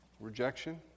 Rejection